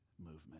movement